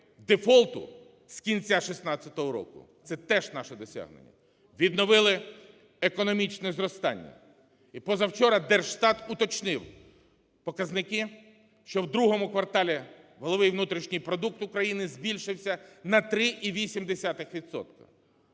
дефолту з кінця 2016 року - це теж наше досягнення. Відновили економічне зростання. І позавчора Держстат уточнив показники, що в другому кварталі валовий внутрішній продукт України збільшився на 3,8